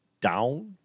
down